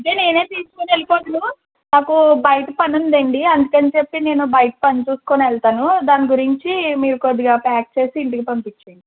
అంటే నేనే తీసుకొని వెళ్లిపోదును నాకు బయట పనుందండి అందుకని చెప్పి నేను బయట పని చూసుకుని వెళతాను దాని గురించి మీరు కొద్దిగా ప్యాక్ చేసి ఇంటికి పంపించేయండి